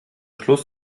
schluss